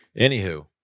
anywho